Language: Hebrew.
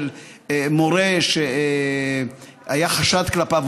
של מורה שהיה חשד כלפיו,